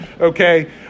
Okay